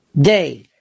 day